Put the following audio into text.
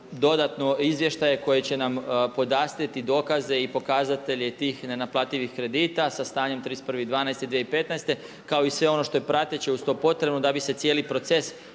dodatno izvještaje koji će nam podastrijeti dokaze i pokazatelje tih nenaplativih kredita sa stanjem 31.12.2015. kao i sve ono što je prateće uz to potrebno da bi se cijeli proces